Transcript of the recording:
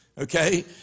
Okay